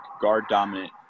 guard-dominant